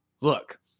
look